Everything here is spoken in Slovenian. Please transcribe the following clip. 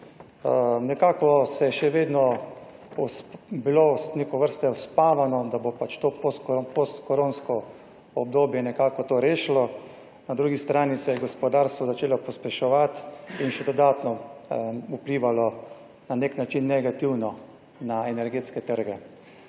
Nekako se je še vedno bilo neke vrste uspavano, da bo to po postkoronsko obdobje nekako to rešilo. Na drugi strani se je gospodarstvo začelo pospeševati in še dodatno vplivalo na nek način negativno na energetske trge.